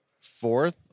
fourth